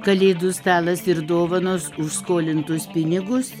kalėdų stalas ir dovanos už skolintus pinigus